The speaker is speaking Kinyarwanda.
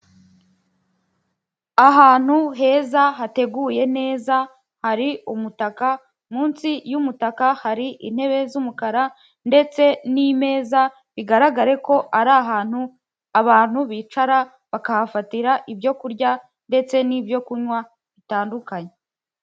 Ahantu heza hateguye neza hari umutaka munsi y'umutaka hari intebe z'umukara, ndetse n'imeza bigaragare ko ari ahantu abantu bicara bakahafatira ibyokurya ndetse n'ibyokunywa bitandukanye.